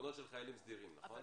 כחשבונות של חיילים סדירים, נכון?